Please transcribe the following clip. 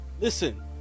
listen